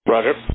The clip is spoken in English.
Roger